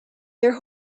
their